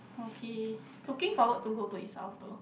okay looking forward to go to his house though